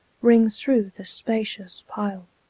rings through the spacious pile.